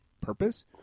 purpose